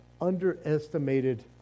underestimated